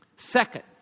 Second